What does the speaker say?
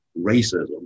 racism